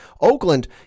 Oakland